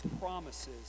promises